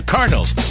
Cardinals